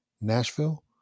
Nashville